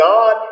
God